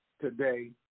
today